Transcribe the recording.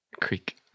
Creek